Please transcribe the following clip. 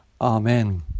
Amen